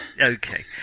Okay